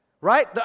right